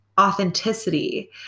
authenticity